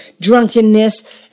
drunkenness